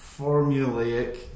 formulaic